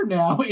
now